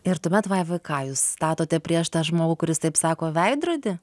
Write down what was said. ir tuomet vaiva ją jūs statote prieš tą žmogų kuris taip sako veidrodį